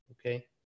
Okay